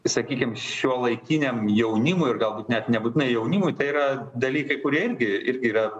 sakykim šiuolaikiniam jaunimui ir galbūt net nebūtinai jaunimui tai yra dalykai kurie irgi ir yra